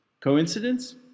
Coincidence